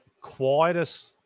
quietest